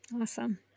Awesome